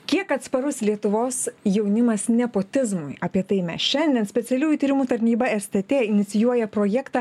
kiek atsparus lietuvos jaunimas nepotizmui apie tai mes šiandien specialiųjų tyrimų tarnyba stt inicijuoja projektą